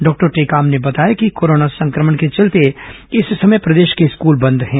doctor Tekam ने बताया कि कोरोना संक्रमण के चलते इस समय प्रदेश के स्कूल बंद हैं